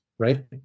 Right